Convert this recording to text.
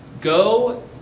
Go